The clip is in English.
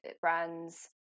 Brands